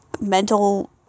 mental